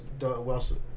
Wilson